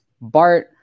Bart